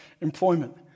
employment